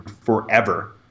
forever